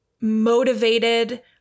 motivated